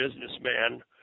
businessman